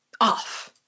off